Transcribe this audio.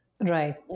Right